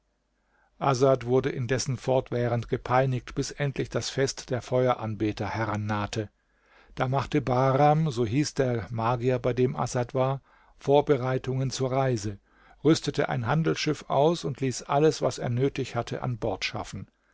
asad wurde indessen fortwährend gepeinigt bis endlich das fest der feueranbeter herannahte da machte bahram so hieß der magier bei dem asad war vorbereitungen zur reise rüstete ein handelsschiff aus und ließ alles was er nötig hatte an bord schaffen